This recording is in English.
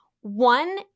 One